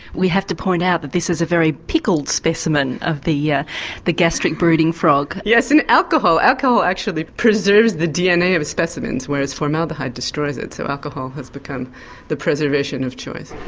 we have to point out that this is a very pickled specimen of the yeah the gastric-brooding frog. yes, in alcohol, and alcohol actually preserves the dna of a specimen, whereas formaldehyde destroys it, so alcohol has become the preservation of choice.